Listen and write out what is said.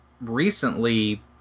recently